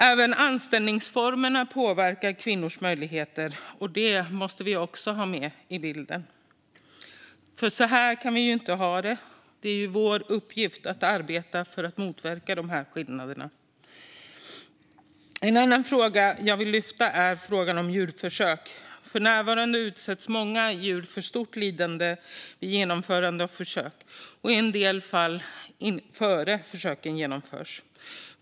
Även anställningsformerna påverkar kvinnors möjligheter, och det måste vi också ha med i bilden. För så här kan vi inte ha det. Det är vår uppgift att arbeta för att motverka dessa skillnader. Jag vill också lyfta frågan om djurförsök. För närvarande utsätts många djur för stort lidande vid genomförande av försök, och i en del fall även innan försöken genomförs.